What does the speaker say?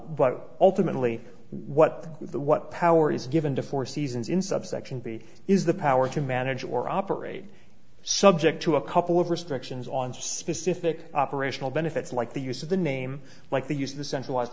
but ultimately what the what power is given to four seasons in subsection b is the power to manage or operate subject to a couple of restrictions on specific operational benefits like the use of the name like the use of the centralized